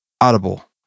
Audible